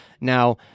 now